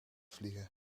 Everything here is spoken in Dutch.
vliegen